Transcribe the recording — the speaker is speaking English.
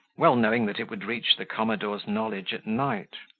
well knowing that it would reach the commodore's knowledge at night.